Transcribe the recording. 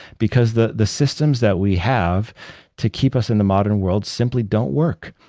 because the the systems that we have to keep us in the modern world simply don't work.